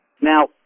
Now